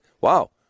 wow